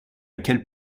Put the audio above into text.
quel